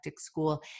school